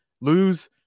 lose